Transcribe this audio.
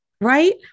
right